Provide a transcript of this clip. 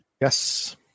Yes